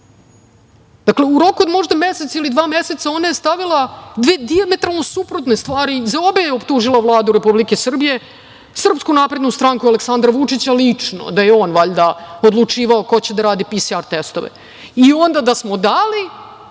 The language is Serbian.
Dakle, u roku od možda mesec ili dva meseca ona je stavila dijametralno suprotne stvari.Za obe je optužila Vladu Republike Srbije, SNS, Aleksandra Vučića lično, da je on valjda odlučivao ko će da radi PSR testove i onda da smo dali